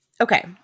Okay